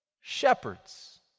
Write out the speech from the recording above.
Shepherds